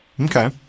Okay